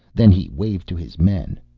then he waved to his men.